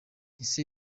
ese